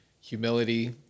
Humility